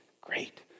great